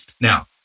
now